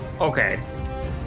Okay